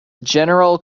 general